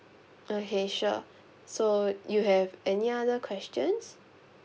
okay sure so you have any other questions